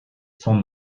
sans